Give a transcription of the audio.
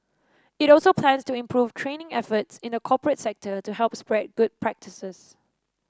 it also plans to improve training efforts in the corporate sector to help spread good practices